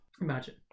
Imagine